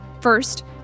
First